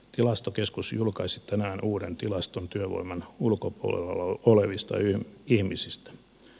tilastokeskus julkaisi tänään uuden tilaston työvoiman ulkopuolella olevista ihmisistä